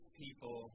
people